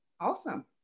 awesome